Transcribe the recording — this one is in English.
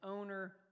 owner